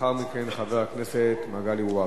ולאחר מכן, חבר הכנסת מגלי והבה.